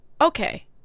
Okay